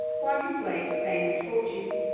won his way to fame and fortune.